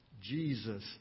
Jesus